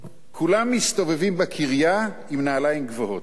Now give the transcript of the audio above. כולם מסתובבים בקריה עם נעליים גבוהות.